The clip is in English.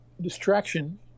Distraction